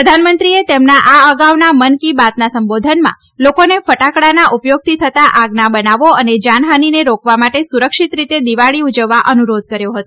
પ્રધાનમંત્રી તેમના આ અગાઉના મન કી બાત સંબોધનમાં લોકોને ફટાકડાના ઉપયોગથી થતાં આગના બનાવો અને જાનહાનીને રોકવા માટે સુરક્ષિત રીતે દિવાળી ઉજવવા અનુરોધ કર્યો હતો